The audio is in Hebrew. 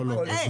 אתה מטעה.